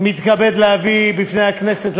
אני מתכבד להביא בפני הכנסת,